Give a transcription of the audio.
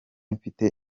mfite